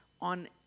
on